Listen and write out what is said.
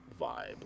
vibe